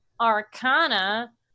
Arcana